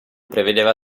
prevedeva